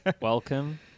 Welcome